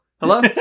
Hello